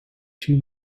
two